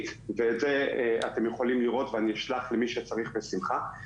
אתם יכולים לראות את זה ואני אשלח למי שצריך בשמחה,